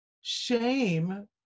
Shame